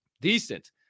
Decent